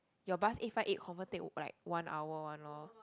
your bus eight five eight confirm take over like one hour one lor